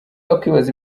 wakwibaza